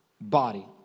body